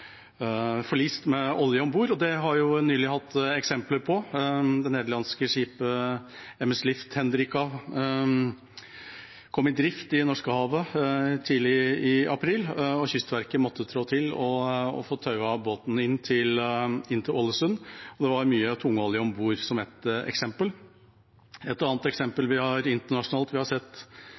med olje om bord. Det har vi jo nylig sett eksempler på. Det nederlandske skipet «Eemslift Hendrika» kom i drift i Norskehavet tidlig i april, og Kystverket måtte trå til og få tauet båten inn til Ålesund, og det var mye tungolje om bord. Det var ett eksempel. Et annet eksempel vi har sett internasjonalt